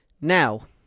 Now